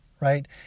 right